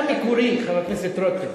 אתה מקורי, חבר הכנסת רותם.